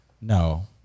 no